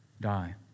die